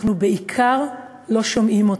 אנחנו בעיקר לא שומעים אותם.